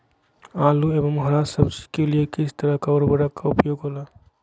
आलू एवं हरा सब्जी के लिए किस तरह का उर्वरक का उपयोग होला?